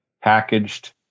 packaged